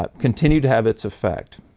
um continued to have its effect.